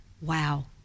Wow